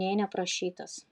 nė neprašytas